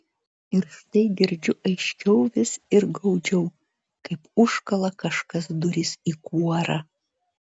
ir štai girdžiu aiškiau vis ir gaudžiau kaip užkala kažkas duris į kuorą